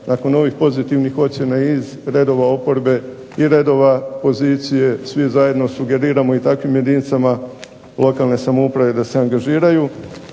nakon ovih pozitivnih ocjena iz redova oporbe i redova pozicije svi zajedno sugeriramo i takvim jedinicama lokalne samouprave da se angažiraju